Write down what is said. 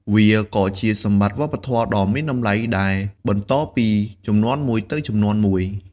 វាក៏ជាសម្បត្តិវប្បធម៌ដ៏មានតម្លៃដែលបន្តពីជំនាន់មួយទៅជំនាន់មួយ។